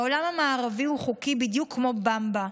בעולם המערבי הוא חוקי בדיוק כמו במבה.